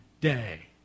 day